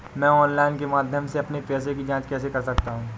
मैं ऑनलाइन के माध्यम से अपने पैसे की जाँच कैसे कर सकता हूँ?